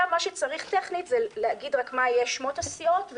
עכשיו מה שצריך טכנית זה להגיד מה יהיו שמות הסיעות,